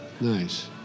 Nice